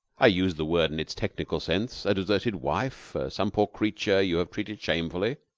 i use the word in its technical sense. a deserted wife? some poor creature you have treated shamefully?